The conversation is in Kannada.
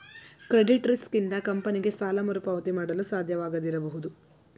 ಕ್ರೆಡಿಟ್ ರಿಸ್ಕ್ ಇಂದ ಕಂಪನಿಗೆ ಸಾಲ ಮರುಪಾವತಿ ಮಾಡಲು ಸಾಧ್ಯವಾಗದಿರಬಹುದು